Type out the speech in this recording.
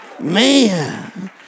Man